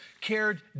cared